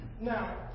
Now